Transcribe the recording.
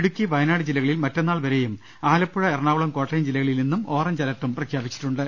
ഇടുക്കി വയനാട് ജില്ലക്ളിൽ മറ്റന്നാൾ വരെയും ആലപ്പുഴ എറണാകുളം കോട്ടയം ജില്ലകളിൽ ഇന്നും ഓറഞ്ച് അലർട്ടും പ്രഖ്യാപിച്ചിട്ടുണ്ട്